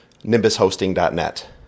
Nimbushosting.net